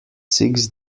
six